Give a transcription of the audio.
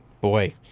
Boy